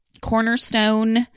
cornerstone